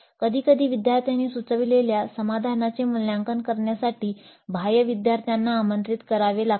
कधीकधी विद्यार्थ्यांनी सुचविलेल्या समाधानाचे मूल्यांकन करण्यासाठी बाह्य विद्यार्थ्यांना आमंत्रित करावे लागते